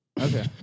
Okay